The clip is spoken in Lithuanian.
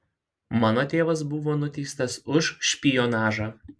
mano tėvas buvo nuteistas už špionažą